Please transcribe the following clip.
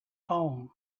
home